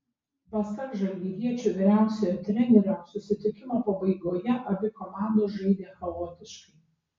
pasak žalgiriečių vyriausiojo trenerio susitikimo pabaigoje abi komandos žaidė chaotiškai